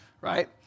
right